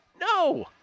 No